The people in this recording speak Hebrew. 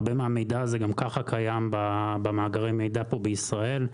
הרבה מהמידע הזה גם ככה קיים במאגרי המידע פה בישראל,